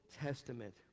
testament